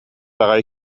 аҕай